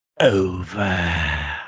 Over